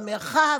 במרחב,